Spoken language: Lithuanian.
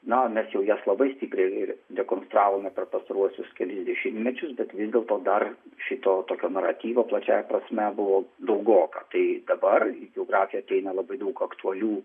na mes jau jas labai stipriai dekonstravome per pastaruosius kelis dešimtmečius bet vis dėlto dar šito tokio naratyvo plačiąja prasme buvo daugoka tai dabar į geografiją ateina labai daug aktualių